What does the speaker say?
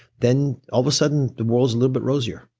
then all of a sudden, the world's a little bit rosier.